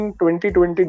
2020